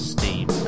Steam